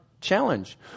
challenge